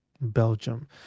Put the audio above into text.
belgium